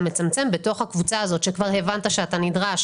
מצמצם בתוך הקבוצה הזאת שכבר הבנת שאתה נדרש